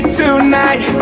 tonight